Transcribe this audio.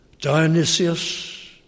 Dionysius